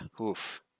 Oof